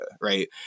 right